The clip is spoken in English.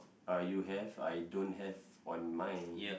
uh you have I don't have on mine